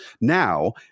Now